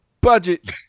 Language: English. Budget